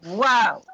wow